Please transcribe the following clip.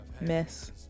Miss